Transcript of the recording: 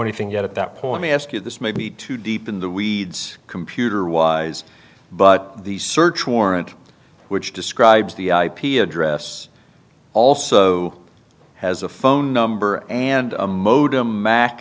anything yet at that point me ask you this may be too deep in the weeds computer wise but the search warrant which describes the ip address also has a phone number and a modem mac